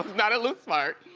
not a loose fart.